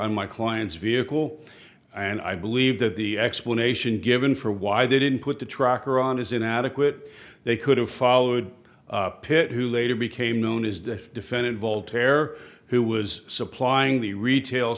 on my client's vehicle and i believe that the explanation given for why they didn't put the tracker on is inadequate they could have followed pitt who later became known as the defendant voltaire who was supplying the retail